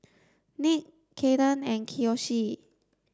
Nick Caiden and Kiyoshi